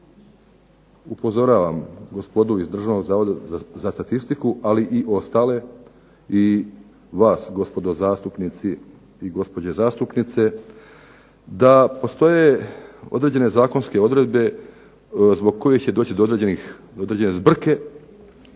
Upozoravam gospodu iz Državnog zavoda za statistiku, ali i ostale i vas gospodo zastupnici i gospođe zastupnici, da postoje određene zakonske odredbe zbog kojih će doći do određene zbrke